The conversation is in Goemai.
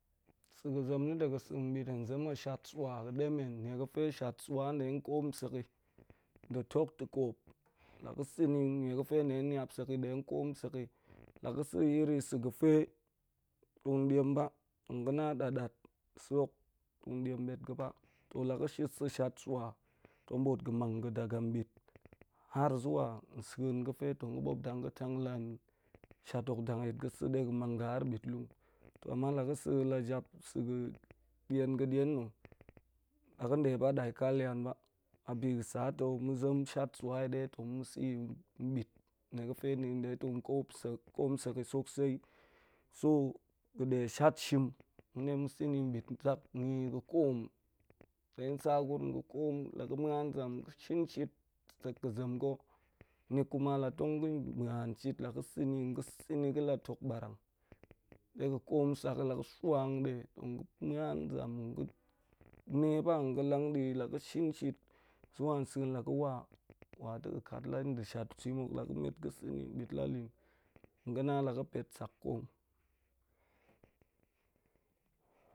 Sa̱ ga̱ zem na̱ de ga̱n sa̱ bit hen zem a shat sua ga̱ ɗemen, nie ga̱fe sua dle tong koom sek yi aɗe tuk ta̱koop, la ga̱ sa̱ ni nie ga̱fe ɗe niap sek yi ɗe koom sek yi. La ga̱ sa̱ iri sa̱ ga̱fe tong diam ba ga̱ na da̱t-da̱t sa̱ hok tong boot ga̱ mang ga̱ daga bit har zuwa nsen ga̱fe tong ga̱ bop dang ga̱ tang la shat hok dang yit ga̱ sa̱ de ga̱ mang ga̱ har bit lung. To ama la ga̱ sa̱ a a jap sa̱ ga̱ da̱n ga̱ ɗa̱n na̱ la ga̱n ɗe ba ɗa̱ika lian ba, a bi ga̱ sa to mu zem shat sua yi de tong mu sa̱ yi bit nie ga̱fe na̱ ta̱ ɗe tong sosai. So ga̱ ɗe shat shim muɗe mu sa̱ni bit zak, ni ga̱ koom, ɗe sa gurum ga̱ koom la ga̱ muan zam ga̱ shin shit sek ga̱ zem ga̱. Ni kuma la tong ga̱n muan shit la ga̱ sa̱ ni ga̱ sa̱ ni ga̱ la tuk ba̱rang de ga̱ koom sek la ga̱ sua hande tong ga̱ muan zam tong ga̱ ne ba tong ga̱ lang di ga̱ shin shit zuwa sen la ga̱ wa, wa ɗe ga̱ kat la ɗe shat shim hok la ga̱ met ga̱ sa̱ni bit la lin ga̱ na la ga̱ pet sek koom